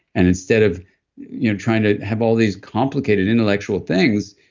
and instead of you know trying to have all these complicated intellectual things,